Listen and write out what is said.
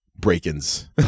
break-ins